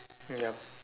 yup